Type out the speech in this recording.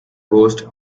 ghost